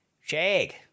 Shag